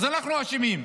אנחנו אשמים.